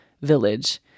village